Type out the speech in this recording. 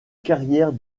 carrière